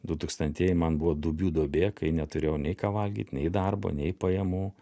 dutūkstantieji man buvo duobių duobė kai neturėjau nei ką valgyt nei darbo nei pajamų